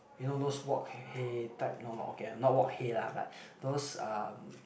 you know those wok-hei type okay not wok-hei lah but those um